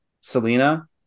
Selena